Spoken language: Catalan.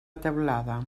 teulada